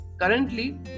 currently